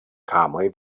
calmly